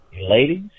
ladies